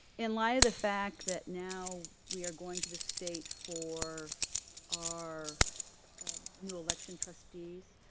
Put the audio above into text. in light of the fact that now we are going to the state for our new election trustees,